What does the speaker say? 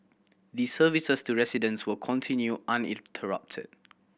the services to residents will continue uninterrupted